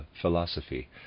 philosophy